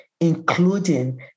including